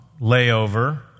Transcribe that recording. layover